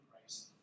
Christ